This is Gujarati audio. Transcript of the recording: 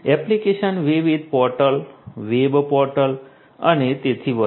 એપ્લિકેશન વિવિધ પોર્ટલ વેબ પોર્ટલ અને તેથી વધુ